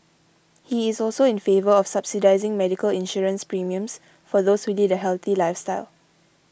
he is also in favour of subsidising medical insurance premiums for those who lead a healthy lifestyle